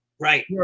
right